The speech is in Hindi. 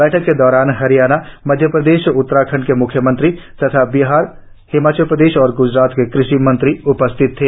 बैठक के दैरान हरियाणा मध्य प्रदेश उत्तराखंड के म्ख्यमंत्री तथा बिहार हिमाचल प्रदेश और ग्जरात के कृषि मंत्री उपस्थित थे